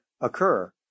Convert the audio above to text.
occur